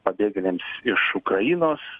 pabėgėliams iš ukrainos